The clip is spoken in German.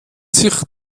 sich